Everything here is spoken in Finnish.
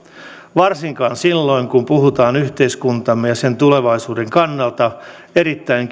varsinkaan silloin kun puhutaan yhteiskuntamme ja sen tulevaisuuden kannalta erittäin